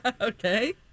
Okay